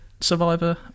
Survivor